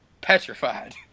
petrified